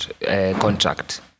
contract